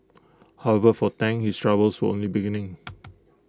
however for Tang his troubles were only beginning